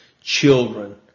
children